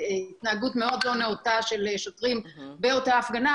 ולהתנהגות מאוד לא נאותה של שוטרים באותה הפגנה,